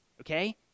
okay